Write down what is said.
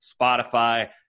Spotify